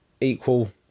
equal